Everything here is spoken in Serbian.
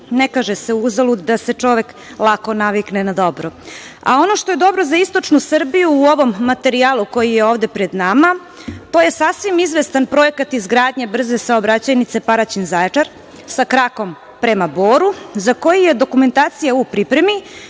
Ne kaže se uzalud da se čovek lako navikne na dobro. Ono što je dobro za istočnu Srbiju, u ovom materijalu koji je ovde pred nama, je sasvim izvestan projekat izgradnje brze saobraćajnice Paraćin – Zaječar, sa krakom prema Boru, za koji je dokumentacija u pripremi.